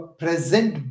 present